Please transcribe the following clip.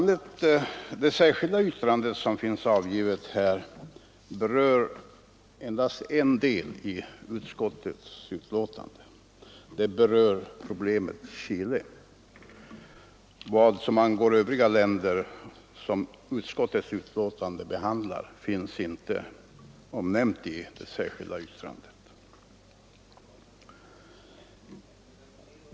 Det särskilda yttrandet i detta ärende berör endast en del av utskottets utlåtande: det berör problemet Chile. Förhållandena i övriga länder som utskottsbetänkandet behandlar omnämns inte i det särskilda yttrandet.